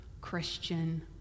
Christian